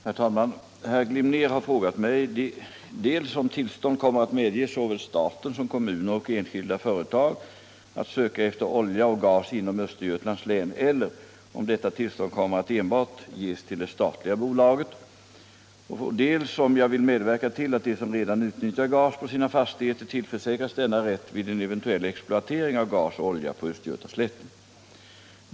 Herr talman! Herr Glimnér har frågat mig 1. om tillstånd kommer att medges såväl staten som kommuner och enskilda företag att söka efter olja och gas inom Östergötlands län eller om detta tillstånd kommer att enbart ges till det statliga bolaget, och 2. om jag vill medverka till att de som redan utnyttjar gas på sina fastigheter tillförsäkras denna rätt vid en eventuell exploatering av gas och olja på östgötaslätten.